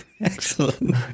Excellent